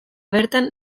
bertan